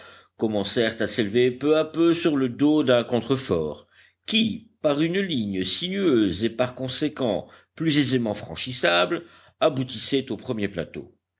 commencèrent à s'élever peu à peu sur le dos d'un contrefort qui par une ligne sinueuse et par conséquent plus aisément franchissable aboutissait au premier plateau